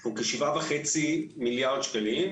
הוא כשבעה וחצי מיליארד שקלים,